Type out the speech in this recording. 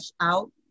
out